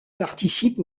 participent